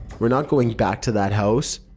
we're not going back to that house,